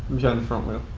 the front wheel.